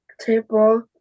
table